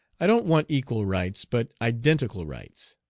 i don't want equal rights, but identical rights.